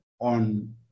on